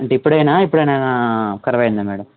అంటే ఇప్పుడా ఎప్పుడైన కరాబ్ అయిందా మేడం